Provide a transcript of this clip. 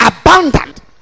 abundant